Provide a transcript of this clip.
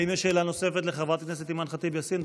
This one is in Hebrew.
האם יש שאלה נוספת לחברת הכנסת אימאן ח'טיב יאסין?